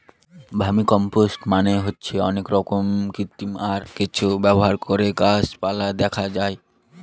vermicompost মানে হচ্ছে অনেক রকমের কৃমি, আর কেঁচো ব্যবহার করে গাছ পালায় দেওয়া হয়